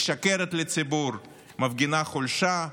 משקרת לציבור, מפגינה חולשה,